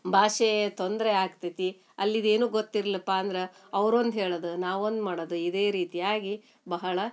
ಭಾಷೆಯ ತೊಂದರೆ ಆಗ್ತೈತಿ ಅಲ್ಲಿದು ಏನೂ ಗೊತ್ತಿಲ್ಲಪ್ಪ ಅಂದ್ರೆ ಅವ್ರೊಂದು ಹೇಳೋದು ನಾವೊಂದು ಮಾಡೋದು ಇದೇ ರೀತಿಯಾಗಿ ಬಹಳ